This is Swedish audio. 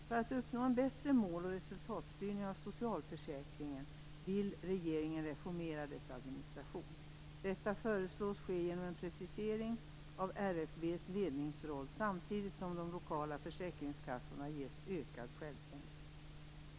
För att uppnå en bättre mål och resultatstyrning av socialförsäkringen vill regeringen reformera dess administration. Detta föreslås ske genom en precisering av RFV:s ledningsroll samtidigt som de lokala försäkringskassorna ges ökad självständighet.